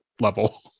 level